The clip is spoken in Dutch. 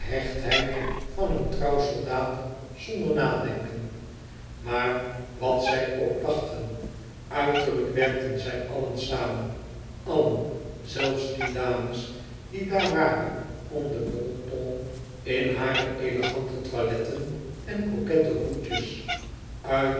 gehechtheid van een trouw soldaat zonder nadenken maar wat zij ook dachten uiterlijk werkten zij allen samen allen zelfs die dames die daar waren om den bon ton in hare elegante toiletten en coquette hoedjes